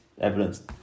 evidence